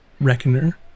Reckoner